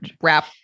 wrap